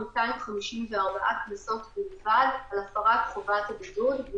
254 קנסות בלבד על הפרת חובת הבידוד,